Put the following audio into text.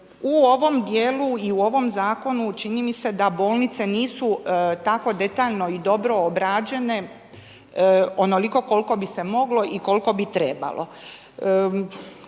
U ovom djelu i u ovom zakonu, čini mi se da su bolnice tako detaljno i dobro obrađene onoliko koliko bi se moglo i koliko bi trebalo.